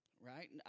right